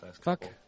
Fuck